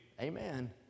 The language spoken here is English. Amen